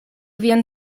vian